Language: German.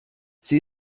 sie